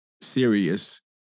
serious